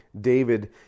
David